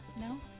No